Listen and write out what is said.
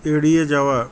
এড়িয়ে যাওয়া